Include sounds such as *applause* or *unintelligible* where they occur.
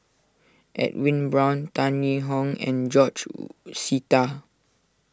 Edwin Brown Tan Yee Hong and George *unintelligible* Sita